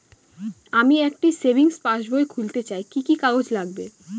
আমি একটি সেভিংস পাসবই খুলতে চাই কি কি কাগজ লাগবে?